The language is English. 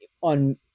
on